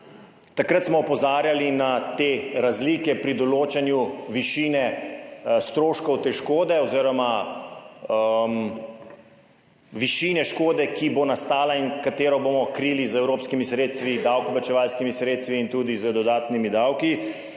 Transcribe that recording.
Takrat smo opozarjali na te razlike pri določanju višine stroškov te škode oziroma višine škode, ki bo nastala in katero bomo krili z evropskimi sredstvi, davkoplačevalskimi sredstvi in tudi z dodatnimi davki,